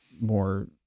more